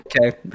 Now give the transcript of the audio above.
okay